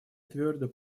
твердо